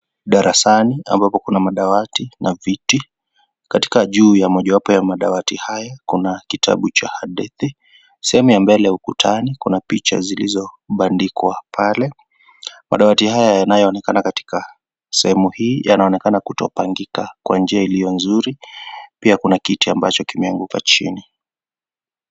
Darasani ambapo kuna madawati na viti katika juu yao mojawapo ya madawati haya kuna kitabu cha adithi, sehemu ya mbele ukutani kuna picha zilizobandikwa pale madawati haya yanaonekana katika sehemu hii yanaonekana kutopangika kwa njia iliyo nzuri, pia kuna kiti ambacho kimeanguka chini.